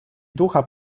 ducha